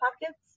pockets